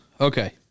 Okay